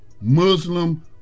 Muslim